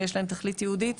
ויש להם תכלית ייעודית,